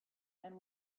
and